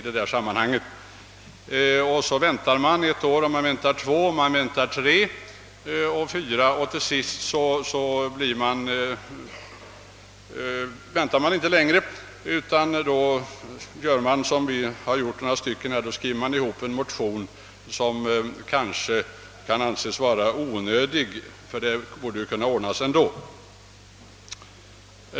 Men när man har väntat ett år, två år, tre år, ja, fyra år, så väntar man till sist inte längre, utan gör som vi motionärer och skriver en motion som kanske kan anses onödig — saken borde ju kunna ordnas ändå.